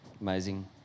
Amazing